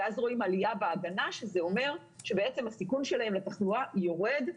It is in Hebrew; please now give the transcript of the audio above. ואז רואים עלייה בהגנה שזה אומר שבעצם הסיכון שלהם לתחלואה יורד.